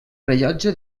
rellotge